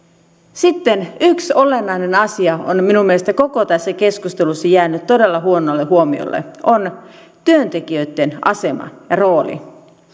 sitten yksi olennainen asia on minun mielestäni koko tässä keskustelussa jäänyt todella huonolle huomiolle se on työntekijöitten asema ja rooli